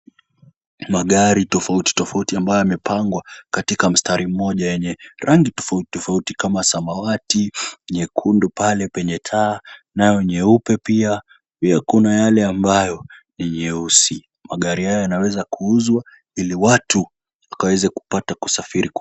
Magari tofauti tofauti ambayo yamepangwa katika mstari mmoja yenye rangi tofauti tofauti kama samawati, nyekundu pale penye taa nayo nyeupe pia, pia kuna yale ambayo ni nyeusi. Magari haya yanaweza kuuzwa ili watu wakaweze kupata kusafiri.